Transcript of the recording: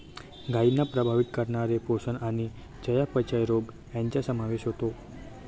गायींना प्रभावित करणारे पोषण आणि चयापचय रोग यांचा समावेश होतो